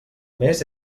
més